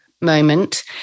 moment